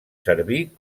servir